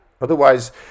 Otherwise